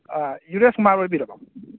ꯌꯨꯔꯦꯁ ꯃꯥꯔꯠ ꯑꯣꯏꯕꯤꯔꯕꯣ